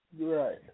Right